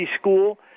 school